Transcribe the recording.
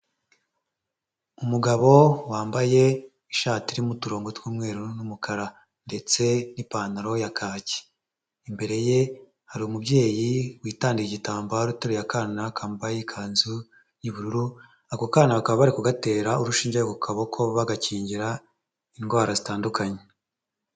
Umugabo wambaye ishati irimo uturongo tw'umweru n'umukara, ndetse n'ipantaro ya kaki. Imbere ye hari umubyeyi witandiye igitambaro, uteruye akana kambaye ikanzu y'ubururu, ako kana bakaba bari kugatera urushinge ku kaboko, bagakingira indwara zitandukanye.